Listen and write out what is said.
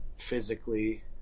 physically